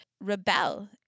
rebel